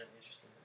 interesting